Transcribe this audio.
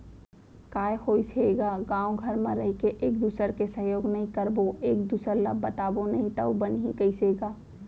काय होइस हे गा गाँव घर म रहिके एक दूसर के सहयोग नइ करबो एक दूसर ल बताबो नही तव बनही कइसे गा